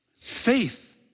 Faith